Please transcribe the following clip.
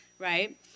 right